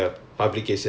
oh okay